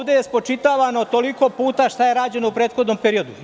Dalje, ovde je spočitavano toliko puta šta je ređeno u prethodnom periodu.